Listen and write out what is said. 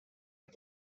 are